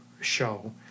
show